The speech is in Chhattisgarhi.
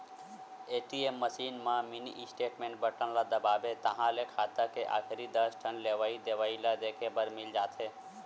ए.टी.एम मसीन म मिनी स्टेटमेंट बटन ल दबाबे ताहाँले खाता के आखरी दस ठन लेवइ देवइ ल देखे बर मिल जाथे